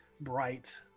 bright